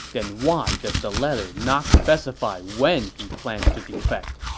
then why does the letter not specify when he plans to defect?